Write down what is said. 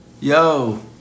Yo